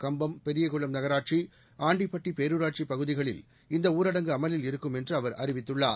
கம்பம் பெரியகுளம் நகராட்சி ஆண்டிப்பட்டி பேரூராட்சிப் பகுதிகளில் இந்த ஊரடங்கு அமலில் இருக்கும் என்று அவர் அறிவித்துள்ளார்